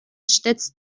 stets